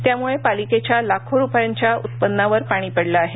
त्यामुळे पालिकेच्यालाखो रुपयांच्या उत्पन्नावर पाणी पडलं आहे